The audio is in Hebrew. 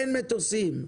אין מטוסים.